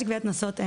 קנסות,